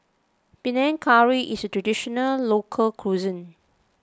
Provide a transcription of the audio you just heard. Panang Curry is a Traditional Local Cuisine